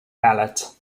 ballot